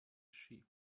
sheep